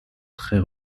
très